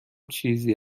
چیزی